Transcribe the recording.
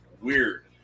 weird